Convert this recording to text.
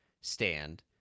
stand